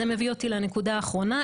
זה מביא אותי לנקודה האחרונה,